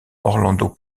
orlando